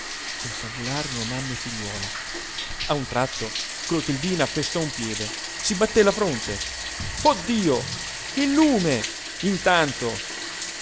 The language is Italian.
usargli prima confabularono mamma e figliuola a un tratto clotildina pestò un piede si batté la fronte oh dio il lume intanto